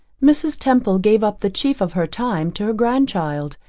mrs. temple gave up the chief of her time to her grand-child,